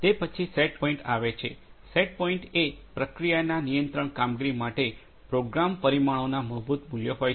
તે પછી set point આવે છે સેટ પોઇન્ટએ પ્રક્રિયાના નિયંત્રિત કામગીરી માટે પ્રોગ્રામ પરિમાણોના મૂળભૂત મૂલ્યો હોય છે